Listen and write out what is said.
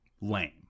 lame